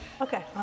Okay